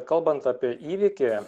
kalbant apie įvykį